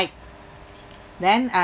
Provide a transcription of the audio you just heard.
then uh